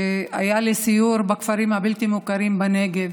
שהיה לי סיור בכפרים הבלתי-מוכרים בנגב,